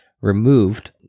removed